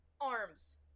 Arms